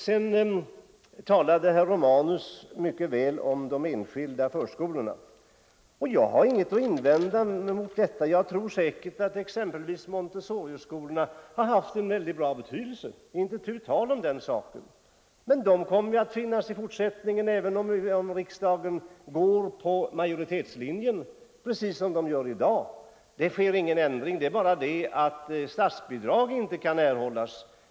Sedan talade herr Romanus mycket väl om de enskilda skolorna. Jag har ingenting att invända mot detta. Exempelvis Montessoriskolorna har haft en stor betydelse, det är inte tu tal om den saken. Men de kommer ju att finnas i fortsättningen — även om riksdagen följer majoritetslinjen —- precis som i dag. Det sker ju ingen annan ändring än att statsbidrag inte kan erhållas.